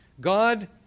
god